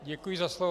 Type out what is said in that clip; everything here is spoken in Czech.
Děkuji za slovo.